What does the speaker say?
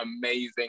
amazing